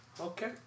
Okay